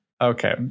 okay